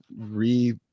re